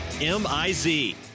M-I-Z